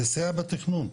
לסייע בתכנון,